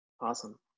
awesome